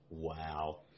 Wow